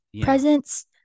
presents